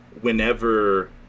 whenever